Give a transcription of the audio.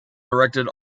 directed